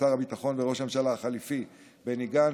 לשר הביטחון וראש הממשלה החליפי בני גנץ,